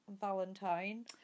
Valentine